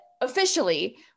officially